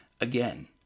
Again